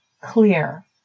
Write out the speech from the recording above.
clear